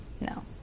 no